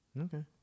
okay